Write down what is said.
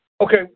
okay